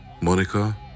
Monica